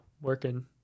working